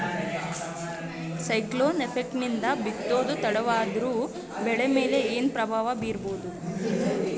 Cyclone effect ನಿಂದ ಬಿತ್ತೋದು ತಡವಾದರೂ ಬೆಳಿ ಮೇಲೆ ಏನು ಪ್ರಭಾವ ಬೀರಬಹುದು?